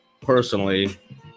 personally